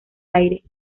aire